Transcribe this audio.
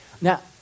Now